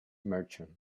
merchant